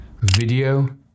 video